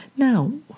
Now